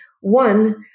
one